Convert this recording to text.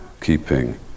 keeping